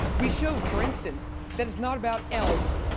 we showed for instance that it's not about elmm,